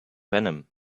venom